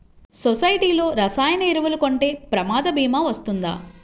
సొసైటీలో రసాయన ఎరువులు కొంటే ప్రమాద భీమా వస్తుందా?